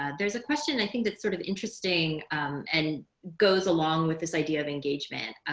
ah there's a question i think that's sort of interesting and goes along with this idea of engagement.